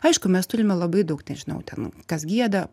aišku mes turime labai daug nežinau ten kas gieda